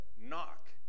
knock